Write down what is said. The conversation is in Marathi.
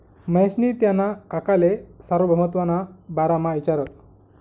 महेशनी त्याना काकाले सार्वभौमत्वना बारामा इचारं